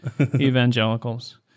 evangelicals